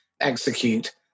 execute